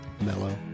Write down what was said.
mellow